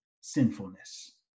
sinfulness